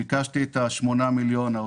ביקשתי 8 מיליון שקל.